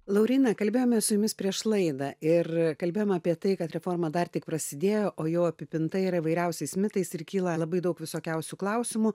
lauryna kalbėjomės su jumis prieš laidą ir kalbėjom apie tai kad reforma dar tik prasidėjo o jau apipinta ir įvairiausiais mitais ir kyla labai daug visokiausių klausimų